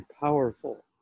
powerful